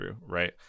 right